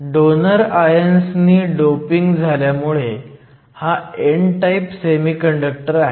donor ions नी doping झाल्यामुळे हा n टाईप सेमीकंडक्टर आहे